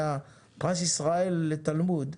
קיבל פרס ישראל לתלמוד,